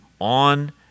on